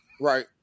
right